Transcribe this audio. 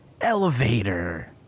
elevator